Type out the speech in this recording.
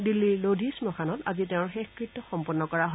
দিল্লীৰ লোধি শ্মশানত আজি তেওঁৰ শেষকৃত্য সম্পন্ন কৰা হয়